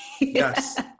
yes